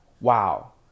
wow